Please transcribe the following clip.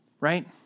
right